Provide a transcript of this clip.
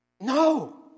No